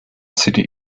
city